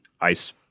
ICE